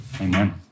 Amen